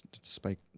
spike